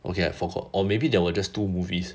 okay I forgot or maybe there were just two movies